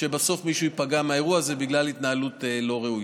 שבסוף מישהו ייפגע מהאירוע הזה בגלל התנהלות לא ראויה.